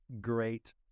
great